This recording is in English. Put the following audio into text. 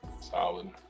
Solid